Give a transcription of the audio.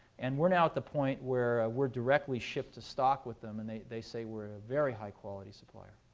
and we're now at the point where ah we're directly shipped to stock with them. and they they say we're a very high-quality supplier.